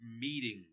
meeting